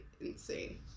insane